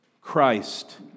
Christ